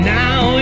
now